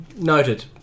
Noted